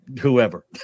whoever